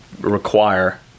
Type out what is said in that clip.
require